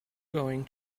going